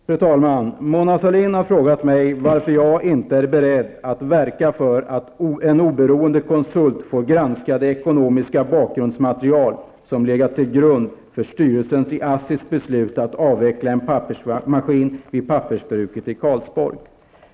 Fru talman! Mona Sahlin har frågat mig varför jag inte är beredd att verka för att en oberoende konsult får granska det ekonomiska bakgrundsmaterial som legat till grund för styrelsens i ASSI beslut att avveckla en pappersmaskin vid pappersbruket i Karlsborg.